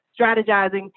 strategizing